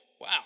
Wow